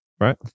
right